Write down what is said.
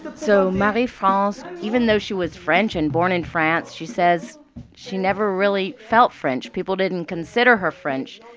but so marie france, even though she was french and born in france, she says she never really felt french. people didn't consider her french.